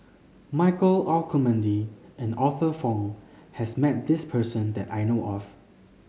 Michael Olcomendy and Arthur Fong has met this person that I know of